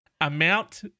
Amount